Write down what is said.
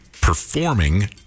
performing